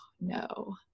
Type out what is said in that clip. no